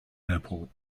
airport